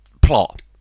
plot